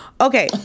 okay